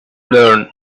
learn